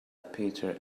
peter